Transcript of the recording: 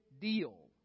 deal